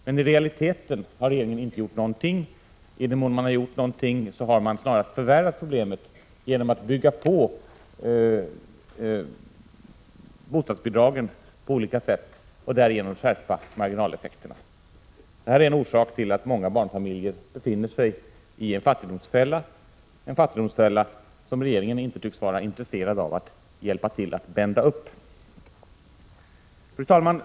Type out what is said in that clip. Men i realiteten har regeringen inte gjort något. I den mån som den har gjort något har den snarast förvärrat problemet genom att bygga ut bostadsbidragen på olika sätt och därigenom skärpa marginaleffekterna. Det här är en orsak till att många barnfamiljer befinner sig i en fattigdomsfälla, som regeringen inte tycks vara intresserad av att hjälpa till att bända upp. Fru talman!